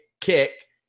kick